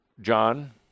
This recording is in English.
John